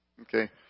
okay